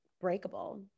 breakable